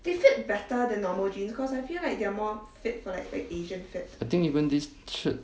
I think even this shirt